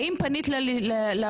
האם פנית לרשות?